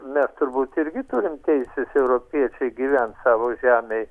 mes turbūt irgi turim teises europiečiai gyvent savo žemėj